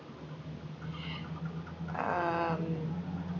um